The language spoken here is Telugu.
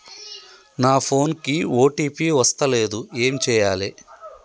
నా ఫోన్ కి ఓ.టీ.పి వస్తలేదు ఏం చేయాలే?